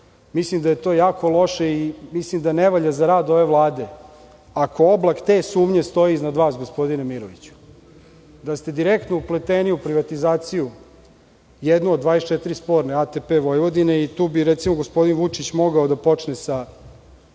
mislim da je to jako loše i mislim da ne valja za rad ove Vlade. Ako oblak te sumnje stoji iznad vas, gospodine Miroviću, da ste direktno upleteni u privatizaciju, jednu od 24 sporne ATP Vojvodine, i tu bi, recimo, gospodin Vučić mogao da počne sa,